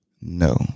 No